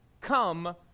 come